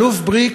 האלוף בריק,